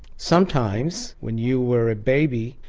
sometimes, when you were a baby,